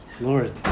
Lord